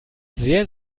sehr